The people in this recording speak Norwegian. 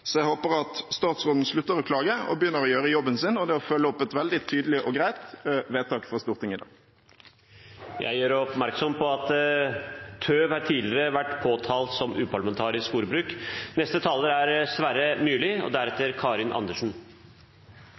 Jeg håper at statsråden slutter å klage og begynner å gjøre jobben sin, og det er å følge opp et veldig tydelig og greit vedtak i Stortinget i dag. Jeg gjør oppmerksom på at «tøv» tidligere har vært påtalt som uparlamentarisk